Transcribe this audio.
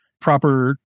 proper